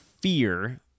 fear